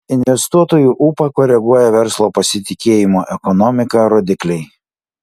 investuotojų ūpą koreguoja verslo pasitikėjimo ekonomika rodikliai